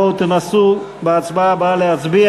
בואו תנסו בהצבעה הבאה להצביע.